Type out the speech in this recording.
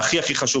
והכי חשוב,